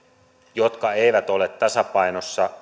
jotka eivät ole tasapainossa